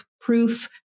proof